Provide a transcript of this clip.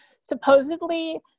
supposedly